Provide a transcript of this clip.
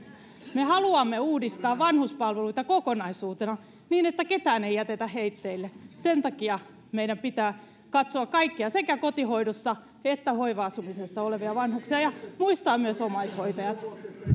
me haluamme uudistaa vanhuspalveluita kokonaisuutena niin että ketään ei jätetä heitteille sen takia meidän pitää katsoa kaikkea sekä kotihoidossa että hoiva asumisessa olevia vanhuksia ja muistaa myös omaishoitajat